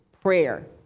prayer